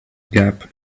gap